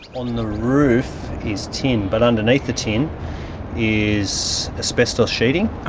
on and the roof is tin but underneath the tin is asbestos sheeting.